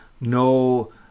no